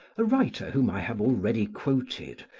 a writer whom i have already quoted,